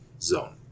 zone